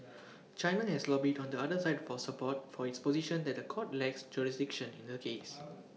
China has lobbied on the other side for support for its position that The Court lacks jurisdiction in the case